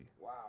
Wow